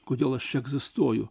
kodėl aš egzistuoju